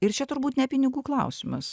ir čia turbūt ne pinigų klausimas